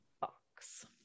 box